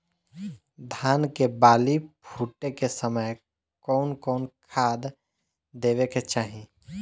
धान के बाली फुटे के समय कउन कउन खाद देवे के चाही?